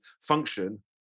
function